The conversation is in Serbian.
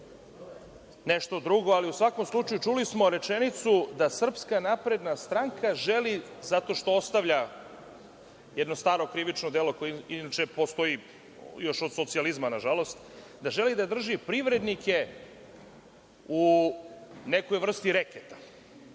nešto drugo, ali u svakom slučaju čuli smo rečenicu da SNS želi zato što ostavlja jedno staro krivično delo koje inače postoji još od socijalizma, nažalost, da želi da drži privrednike u nekoj vrsti reketa. Znate,